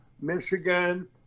Michigan